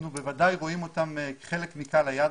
אנחנו בוודאי רואים אותם כחלק מקהל היעד,